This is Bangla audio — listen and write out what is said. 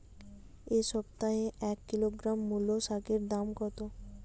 এ সপ্তাহে এক কিলোগ্রাম মুলো শাকের দাম কত?